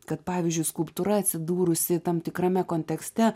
kad pavyzdžiui skulptūra atsidūrusi tam tikrame kontekste